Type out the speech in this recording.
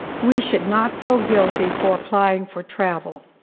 we should not feel guilty for applying for travel.